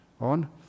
on